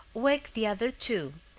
wake the other two,